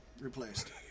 replaced